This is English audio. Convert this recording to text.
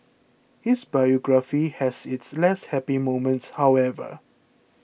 his biography has its less happy moments however